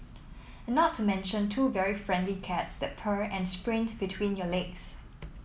and not to mention two very friendly cats that purr and sprint between your legs